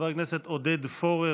חברת הכנסת עודד פורר,